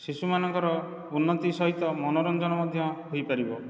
ଶିଶୁମାନଙ୍କର ଉନ୍ନତି ସହିତ ମନୋରଞ୍ଜନ ମଧ୍ୟ ହୋଇପାରିବ